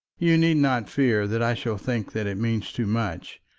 you need not fear that i shall think that it means too much.